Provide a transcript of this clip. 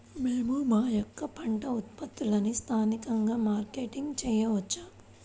మేము మా యొక్క పంట ఉత్పత్తులని స్థానికంగా మార్కెటింగ్ చేయవచ్చా?